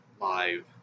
Live